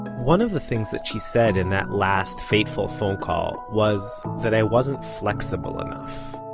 one of the things that she said in that last fateful phone call was that i wasn't flexible enough